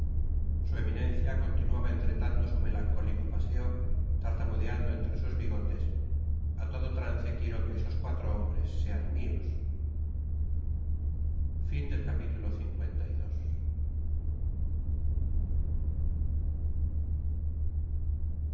su eminencia continuaba entretanto su melancólico paseo tartamudeando entre sus bigotes a todo trance quiero que estos cuatro hombres sean mios content from